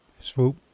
Swoop